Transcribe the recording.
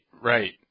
right